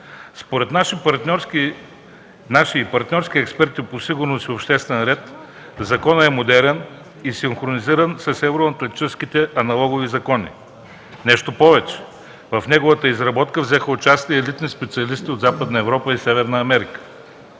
Според наши и партньорски експерти по сигурност и обществен ред законът е модерен и синхронизиран с евроатлантическите аналогични закони. Нещо повече – в неговата изработка взеха участие елитни специалисти от Западна Европа и Северна Америка.